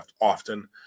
often